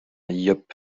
yupp